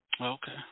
Okay